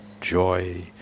joy